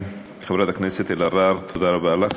חברת הכנסת קארין אלהרר, תודה רבה לך.